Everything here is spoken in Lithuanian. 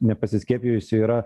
nepasiskiepijusių yra